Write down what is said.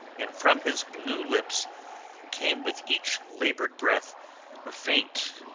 and from his blue lips came with each laboured breath a faint,